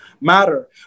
matter